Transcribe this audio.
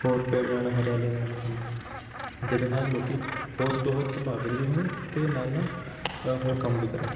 ਹੋਰ ਪੇੜ ਲਾਉਣਾ ਹਰਿਆਲੀ ਵਗੈਰਾ ਰੱਖਣੀ ਜਿਹਦੇ ਨਾਲ ਲੋਕ ਹੋਰ ਤੋਂ ਹੋਰ ਪ੍ਰਭਾਵਿਤ ਵੀ ਹੋਣ ਅਤੇ ਨਾਲ ਨਾਲ ਹੋਰ ਕੰਮ ਵੀ ਕਰਨ